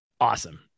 awesome